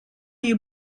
you